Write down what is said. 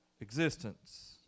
existence